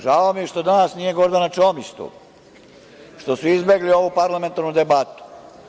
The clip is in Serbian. Žao mi je što danas nije Gordana Čomić, što su izbegli ovu parlamentarnu debatu.